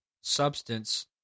substance